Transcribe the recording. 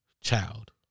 child